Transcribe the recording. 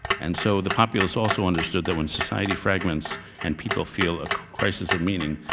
and so the populists also understood that when society fragments and people feel a crisis of meaning,